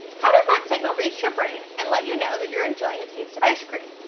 how does that signal reach your brain and let you know that you're enjoying the taste of ice cream?